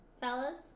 fellas